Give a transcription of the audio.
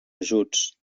ajuts